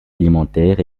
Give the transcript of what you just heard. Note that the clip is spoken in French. alimentaire